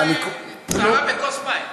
סערה בכוס מים.